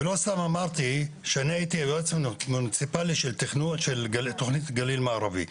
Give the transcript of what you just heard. ולא סתם אמרתי שאני הייתי יועץ מוניציפלי של תכנון של תכנית גליל מערבי.